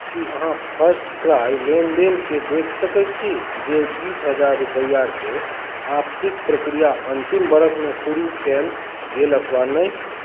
की अहाँ फर्स्टक्राइ लेनदेनके देखि सकैत छी जे बीस हजार रुपैआके वापसीक प्रक्रिया अन्तिम बरखमे शुरू कयल गेल अथवा नहि